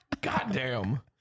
Goddamn